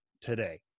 today